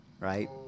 right